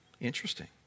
Interesting